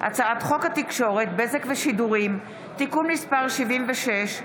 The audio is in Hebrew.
הצעת חוק התקשורת (בזק ושידורים) (תיקון מס' 76),